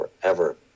forever